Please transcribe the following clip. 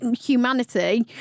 humanity